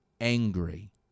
angry